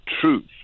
truth